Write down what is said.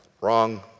Wrong